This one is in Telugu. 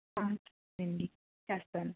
ఓకే అండి చేస్తాను